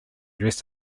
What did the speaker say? dress